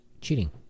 cheating